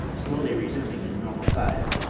slowly resuming his normal size,